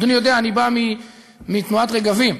אדוני יודע, אני בא מתנועת "רגבים",